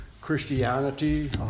Christianity